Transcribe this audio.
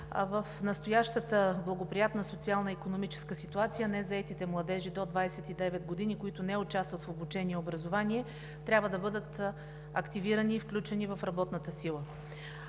в настоящата благоприятна социална и икономическа ситуация незаетите младежи до 29 години, които не участват в обучение и образование, трябва да бъдат активирани и включени в работната сила.